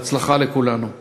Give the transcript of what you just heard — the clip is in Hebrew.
בהצלחה לכולנו.